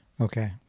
Okay